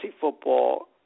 football